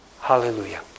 Hallelujah